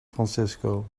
francisco